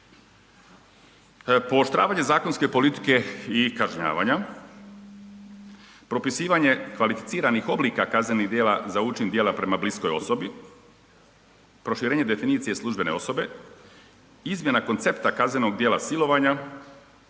Pooštravanje zakonske politike i kažnjavanja, propisivanje kvalificiranih oblika kaznenih djela za učin djela prema bliskoj osobi, proširenje definicije službene osobe, izmjena koncepta kaznenog djela silovanja,